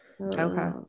Okay